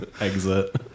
exit